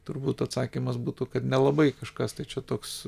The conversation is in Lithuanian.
turbūt atsakymas būtų kad nelabai kažkas tai čia toks